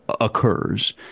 occurs